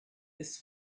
his